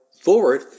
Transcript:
forward